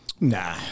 Nah